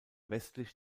westlich